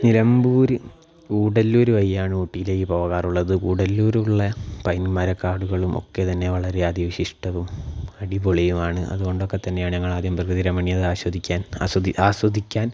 നിലംമ്പൂർ ഊടല്ലൂർ വഴിയാണ് ഊട്ടിലേക്ക് പോകാറുള്ളത് ഊടല്ലൂരുള്ള പൈൻ മരക്കാടുകളും ഒക്കെ തന്നെ വളരെ അതിവിശിഷ്ടവും അടിപൊളിയുമാണ് അതുകൊണ്ടൊക്കെ തന്നെയാണ് ഞങ്ങൾ ആദ്യം പ്രകൃതി രമണീയത ആസ്വദിക്കാൻ